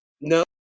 no